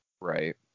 Right